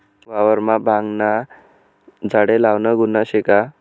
वावरमा भांगना झाडे लावनं गुन्हा शे का?